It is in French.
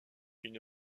une